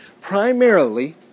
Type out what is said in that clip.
Primarily